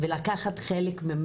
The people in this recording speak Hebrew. ולקחת בה חלק,